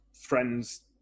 friends